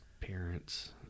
parents